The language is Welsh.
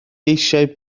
eisiau